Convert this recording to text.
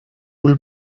bull